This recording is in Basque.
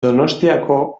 donostiako